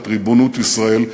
בריבונות ישראל,